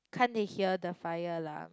can't they hear the fire alarm